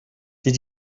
did